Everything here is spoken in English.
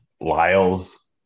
Lyles